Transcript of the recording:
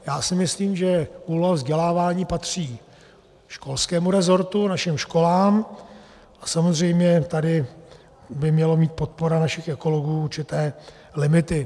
Já si myslím, že úloha vzdělávání patří školskému rezortu, našim školám, a samozřejmě tady by měla mít podpora našich ekologů určité limity.